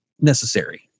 necessary